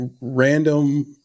random